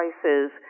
prices